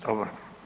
Dobro.